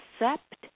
accept